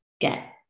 get